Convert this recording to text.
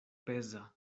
peza